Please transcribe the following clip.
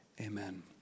Amen